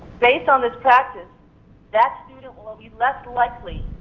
based on this practice that student will will be less likely